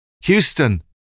Houston